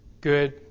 good